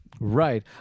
Right